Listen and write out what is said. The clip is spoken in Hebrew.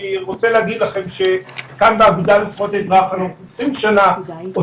אני רוצה להגיד לכם שכאן באגודה לזכויות האזרח אנחנו עוסקים בפרטיות.